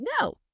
no